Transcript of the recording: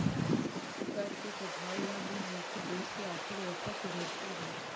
कर के प्रभाव यह भी है कि देश की आर्थिक व्यवस्था सुधरती है